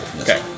Okay